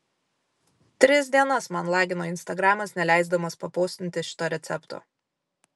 tris dienas man lagino instagramas neleisdamas papostinti šito recepto